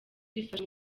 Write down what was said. ifasha